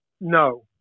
No